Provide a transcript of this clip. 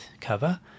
cover